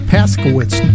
Paskowitz